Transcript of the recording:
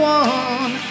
one